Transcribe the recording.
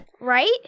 Right